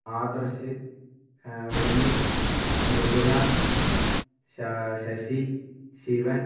ആദർശ് റെനീഷ് മൃദുല ശാ ശശി ശിവൻ